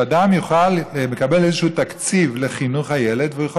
שאדם מקבל איזשהו תקציב לחינוך הילד והוא יכול